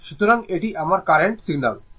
সুতরাং এটি আমার কারেন্ট সিগন্যাল